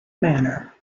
manner